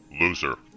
Loser